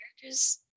characters